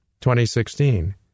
2016